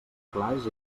clars